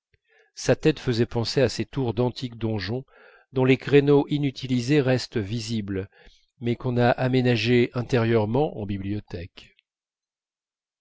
sa tête faisait penser à ces tours d'antiques donjons dont les créneaux inutilisés restent visibles mais qu'on a aménagées intérieurement en bibliothèque